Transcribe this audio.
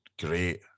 great